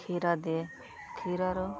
କ୍ଷୀର ଦିଏ କ୍ଷୀରରୁ